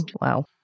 Wow